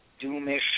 Doomish